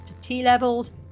T-levels